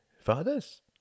Fathers